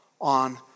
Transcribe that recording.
on